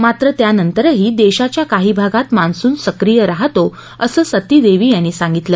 मात्र त्यानंतरही देशाच्या काही भागात मान्सून सक्रीय राहातो असं सथी देवी यांनी सांगितलं